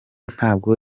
ntabwo